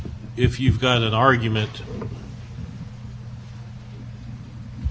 that if you've got an argument that